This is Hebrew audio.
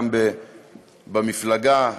גם במפלגה.